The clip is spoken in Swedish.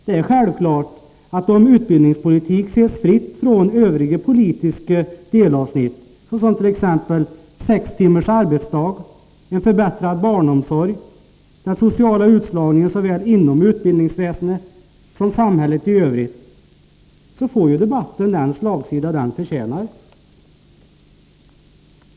Det är självklart att om utbildningspolitik ses fritt från övriga politiska delavsnitt, som t.ex. sex timmars arbetsdag, en förbättrad barnomsorg, den sociala utslagningen såväl inom utbildningsväsendet som i samhället i övrigt, får debatten den slagsida den förtjänar.